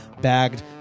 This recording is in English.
bagged